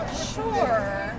Sure